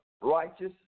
righteous